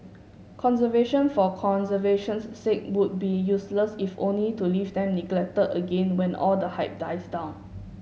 conservation for conservation's sake would be useless if only to leave them neglected again when all the hype dies down